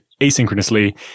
asynchronously